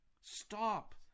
Stop